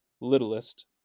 littlest